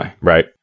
Right